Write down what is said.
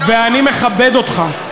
ואני מכבד אותך.